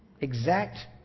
Exact